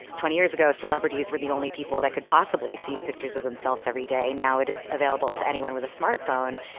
twenty years ago, celebrities were the only people that could possibly see pictures of themselves every day. now it is available to anyone with a smartphone.